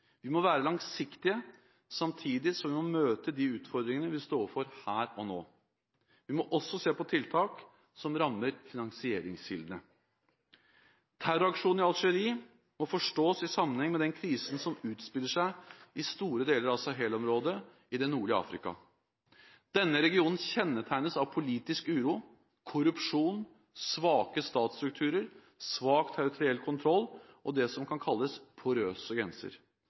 Vi må være langsiktige, samtidig som vi må møte de utfordringene vi står overfor her og nå. Vi må også se på tiltak som rammer finansieringskildene. Terroraksjonen i Algerie må forstås i sammenheng med den krisen som utspiller seg i store deler av Sahel-området i det nordlige Afrika. Denne regionen kjennetegnes av politisk uro, korrupsjon, svake statsstrukturer, svak territoriell kontroll og det som kan kalles porøse grenser.